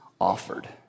offered